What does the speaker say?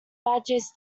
badgers